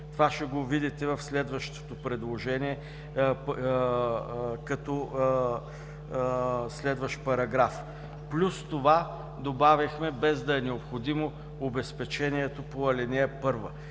Това ще го видите в следващото предложение като следващ параграф. Плюс това добавихме, без да е необходимо, обезпечението по ал. 1.